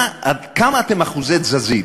עד כמה אתם אחוזי תזזית?